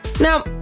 now